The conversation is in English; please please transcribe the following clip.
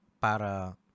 para